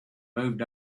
moved